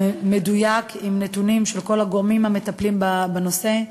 מדויק, עם נתונים של כל הגורמים המטפלים בנושא.